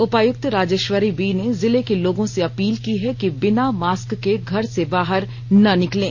उपायुक्त राजेश्वरी बी ने जिले के लोगों से अपील कि है कि बिना मास्क के घर से बाहर नहीं निकलें